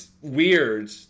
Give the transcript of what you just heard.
weird